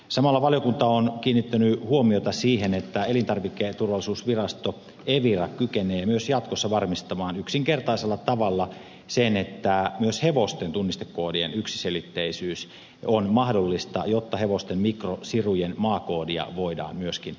samalla valiokunta on kiinnittänyt huomiota siihen että elintarviketurvallisuusvirasto evira kykenee myös jatkossa varmistamaan yksinkertaisella tavalla sen että myös hevosten tunnistekoodien yksiselitteisyys on mahdollista jotta hevosten mikrosirujen maakoodia voidaan myöskin käyttää